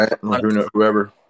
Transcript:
whoever